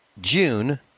June